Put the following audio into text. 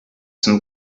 some